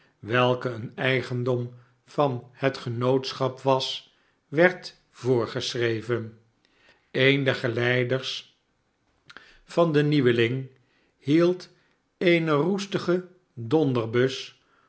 welke een eigendom van het genootschap was werd voorgeschreven een der geleiders van den nieuweling hield eene roestige donderbus